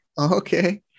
Okay